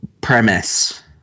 premise